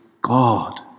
God